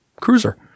cruiser